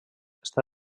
està